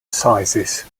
sizes